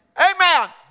Amen